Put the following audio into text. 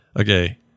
Okay